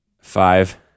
Five